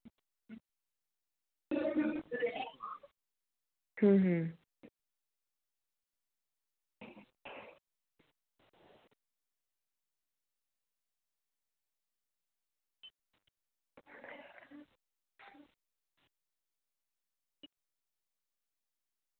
अं अं